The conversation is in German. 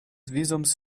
visums